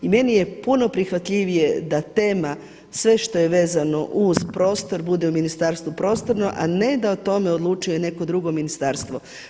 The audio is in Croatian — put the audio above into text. I meni je puno prihvatljivije da tema sve što je vezano uz prostor bude u ministarstvu prostorno, a ne da o tome odlučuje neko drugo ministarstvo.